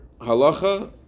halacha